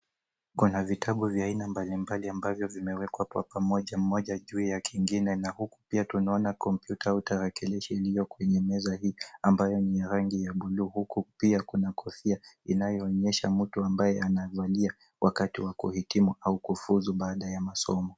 Kuna vitabu vya aina mbalimbali ambavyo kwa pamoja, moja juu ya kingine na huku pia tunaona kompyuta au tarakilishi iliyo kwenye meza hii ambayo ni ya rangi ya bluu .Huku pia kuna kofia inayoonyesha mtu ambaye anavalia wakati wa kuhitimu au kufuzu baada ya masomo.